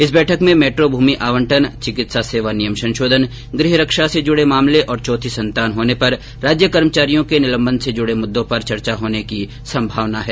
इस बैठक में मेट्रो भूमि आवंटन चिकित्सा सेवा नियम संशोधन गृह रक्षा से जुड़े मामले और चौथी संतान होने पर राज्य कर्मचारियों के निलंबन से जुड़े मुददों पर चर्चा होने की संभावना है